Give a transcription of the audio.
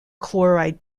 chloride